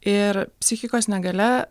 ir psichikos negalia